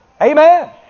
Amen